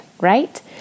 right